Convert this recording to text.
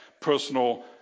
personal